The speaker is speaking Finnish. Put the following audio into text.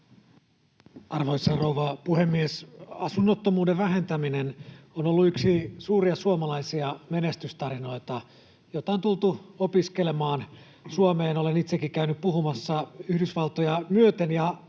Arvoisa rouva puhemies! Asunnottomuuden vähentäminen on ollut yksi suuria suomalaisia menestystarinoita, jota on tultu opiskelemaan Suomeen. Olen itsekin käynyt puhumassa Yhdysvaltoja myöten